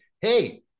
hey